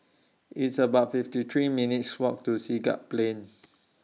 It's about fifty three minutes' Walk to Siglap Plain